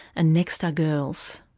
and next are girls.